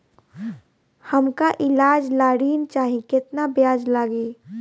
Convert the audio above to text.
हमका ईलाज ला ऋण चाही केतना ब्याज लागी?